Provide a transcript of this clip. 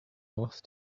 north